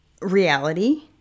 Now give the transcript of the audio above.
reality